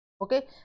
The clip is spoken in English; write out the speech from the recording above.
okay